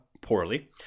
poorly